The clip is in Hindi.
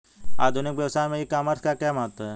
आधुनिक व्यवसाय में ई कॉमर्स का क्या महत्व है?